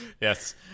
yes